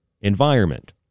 environment